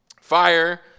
Fire